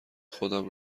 خودم